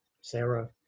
Sarah